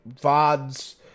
VODs